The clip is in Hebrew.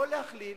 לא להכליל,